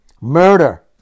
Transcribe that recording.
Murder